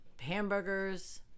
hamburgers